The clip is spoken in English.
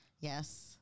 Yes